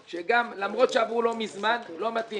גם, למרות שהם עברו לא מזמן הוא לא מתאים.